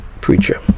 preacher